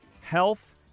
health